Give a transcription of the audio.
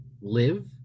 live